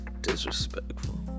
disrespectful